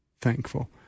thankful